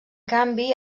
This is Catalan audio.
canvi